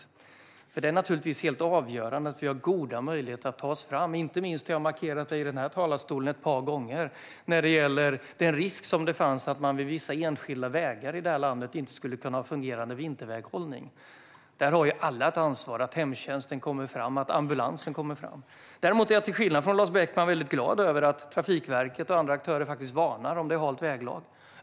Det är förstås helt avgörande att vi har goda möjligheter att ta oss fram. Inte minst har jag markerat detta i den här talarstolen ett par gånger när det gäller den risk som har funnits för att man på vissa enskilda vägar i det här landet inte skulle kunna ha fungerande vinterväghållning. Där har alla ett ansvar för att hemtjänsten kommer fram och för att ambulansen kommer fram. Däremot är jag till skillnad från Lars Beckman glad för att Trafikverket och andra aktörer, som räddningstjänsten, varnar om det är halt väglag.